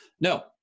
No